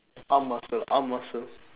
arm muscle arm muscle